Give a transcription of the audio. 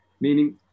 Meaning